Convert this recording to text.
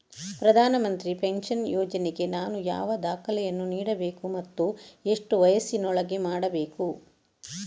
ಪ್ರಧಾನ ಮಂತ್ರಿ ಪೆನ್ಷನ್ ಯೋಜನೆಗೆ ನಾನು ಯಾವ ದಾಖಲೆಯನ್ನು ನೀಡಬೇಕು ಮತ್ತು ಎಷ್ಟು ವಯಸ್ಸಿನೊಳಗೆ ಮಾಡಬೇಕು?